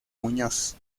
muñoz